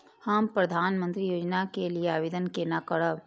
हम प्रधानमंत्री योजना के लिये आवेदन केना करब?